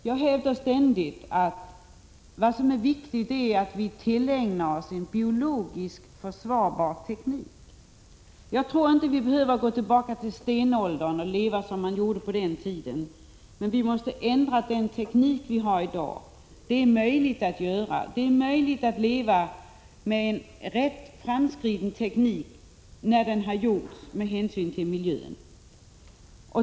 Jag hävdar ständigt, att vad som är viktigt är att vi tillägnar oss en biologiskt försvarbar teknik. Jag tror inte att vi behöver gå tillbaka till stenåldern och leva som man gjorde på den tiden. Men vi måste ändra den teknik som vi har i dag. Det är möjligt att göra. Det är möjligt att leva med en ganska framskriden teknik om denna har utvecklats med hänsyn till miljön.